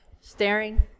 staring